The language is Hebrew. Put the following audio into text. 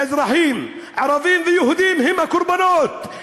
האזרחים, ערבים ויהודים, הם הקורבנות.